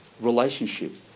relationship